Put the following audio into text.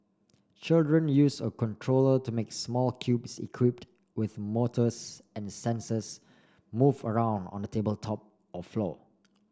children use a controller to make small cubes equipped with motors and sensors move around on a tabletop or floor